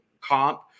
comp